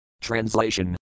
Translation